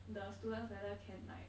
the students whether can like